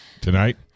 Tonight